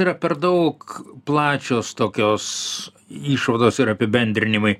yra per daug plačios tokios išvados ir apibendrinimai